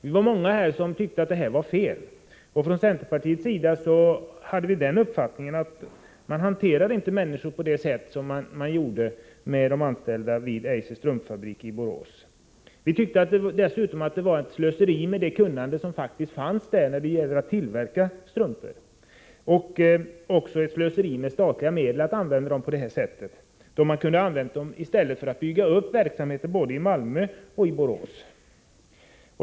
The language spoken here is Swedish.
Vi var många som tyckte att detta var fel, och från centerpartiets sida hade vi uppfattningen att man inte skulle hantera människor på det sätt som man gjorde med de anställda vid Eiser Strump i Borås. Vi tyckte också att det var ett slöseri med det kunnande som fanns där när det gäller att tillverka strumpor, liksom att det innebar ett slöseri med statsmedel att använda dem på detta sätt. Pengarna kunde i stället ha använts för att bygga upp en verksamhet både i Malmö och i Borås.